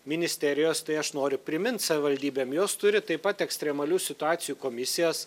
ministerijos tai aš noriu primint savivaldybėm jos turi taip pat ekstremalių situacijų komisijas